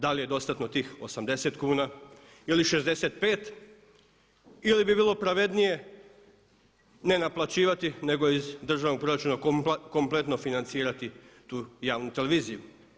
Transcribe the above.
Da li je dostatno tih 80 kuna ili 65 ili bi bilo pravednije ne naplaćivati nego iz državnog proračuna kompletno financirati tu javnu televiziju.